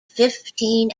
fifteen